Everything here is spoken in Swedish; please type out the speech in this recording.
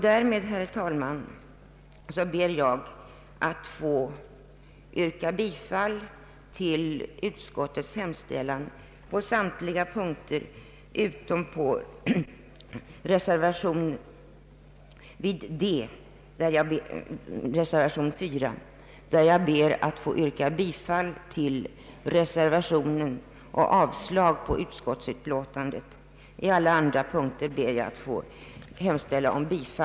Därmed, herr talman, ber jag att få yrka bifall till utskottets hemställan på samtliga punkter utom under punkten D, där jag yrkar bifall till reservation nr 4.